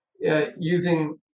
Using